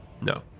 No